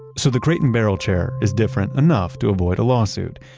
so the crate and barrel chair is different enough, to avoid a lawsuit.